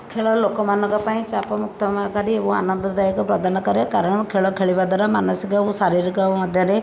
ଖେଳ ଲୋକମାନଙ୍କ ପାଇଁ ଚାପମୁକ୍ତ କରି ଆନନ୍ଦଦାୟକ ପ୍ରଦାନ କରେ କାରଣ ଖେଳ ଖେଳିବା ଦ୍ଵାରା ମାନସିକ ଓ ଶାରୀରିକ ମଧ୍ୟରେ